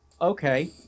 okay